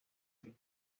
del